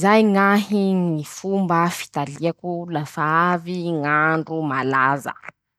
zay ñahy Ñy fomba fitaliako lafa avy ñ'andro malaza.